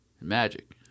Magic